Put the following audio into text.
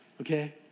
okay